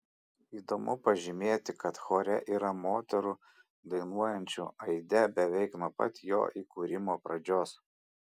įdomu pažymėti kad chore yra moterų dainuojančių aide beveik nuo pat jo įkūrimo pradžios